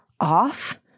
off